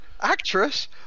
actress